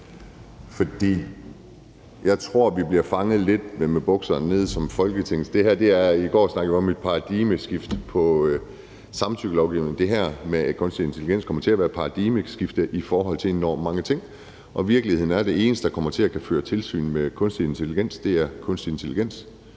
Folketing bliver fanget lidt med bukserne nede. I går snakkede vi om et paradigmeskifte i forhold til samtykkelovgivningen, og det her med kunstig intelligens kommer også til at være et paradigmeskifte i forhold til enormt mange ting. Virkeligheden er den, at det eneste, der kommer til at kunne føre tilsyn med kunstig intelligens, er kunstig intelligens.